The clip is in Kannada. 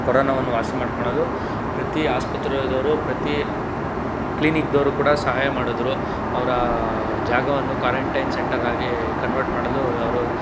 ಕೊರೋನವನ್ನು ವಾಸಿ ಮಾಡಿಕೊಳ್ಳಲು ಪ್ರತಿ ಆಸ್ಪತ್ರೆಯವರೂ ಪ್ರತಿ ಕ್ಲಿನಿಕ್ದವರೂ ಕೂಡ ಸಹಾಯ ಮಾಡಿದ್ರು ಅವರ ಜಾಗವನ್ನು ಕ್ವಾರಂಟೈನ್ ಸೆಂಟರಾಗಿ ಕನ್ವರ್ಟ್ ಮಾಡಲು ಅವರು